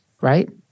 right